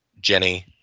Jenny